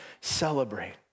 celebrate